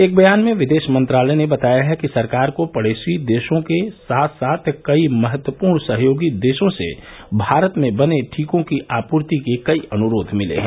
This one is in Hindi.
एक बयान में विदेश मंत्रालय ने बताया है कि सरकार को पडोसी देशों के साथ साथ कई महत्वपूर्ण सहयोगी देशों से भारत में बने टीकों की आपूर्ति के कई अनुरोध मिले हैं